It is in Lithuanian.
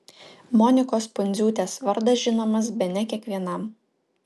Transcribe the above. monikos pundziūtės vardas žinomas bene kiekvienam